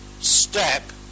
step